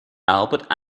albert